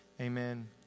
Amen